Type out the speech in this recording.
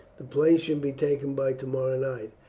the place should be taken by tomorrow night,